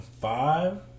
five